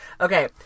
Okay